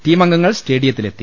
ടീമംഗങ്ങൾ സ്റ്റേഡിയത്തിലെത്തി